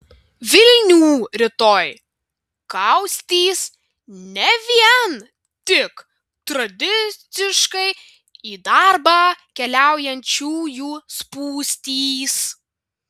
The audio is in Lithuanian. vilnių rytoj kaustys ne vien tik tradiciškai į darbą keliaujančiųjų spūstys